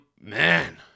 Man